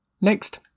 Next